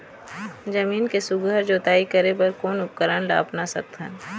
जमीन के सुघ्घर जोताई करे बर कोन उपकरण ला अपना सकथन?